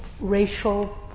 racial